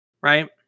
Right